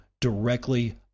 directly